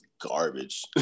garbage